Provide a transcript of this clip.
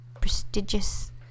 prestigious